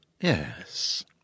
Yes